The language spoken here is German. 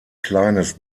kleines